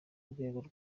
rwego